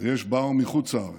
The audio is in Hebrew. ויש שבאו מחוץ לארץ,